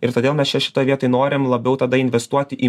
ir todėl mes čia šitoj vietoj norim labiau tada investuoti į